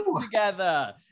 together